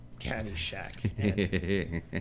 Caddyshack